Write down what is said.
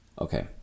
Okay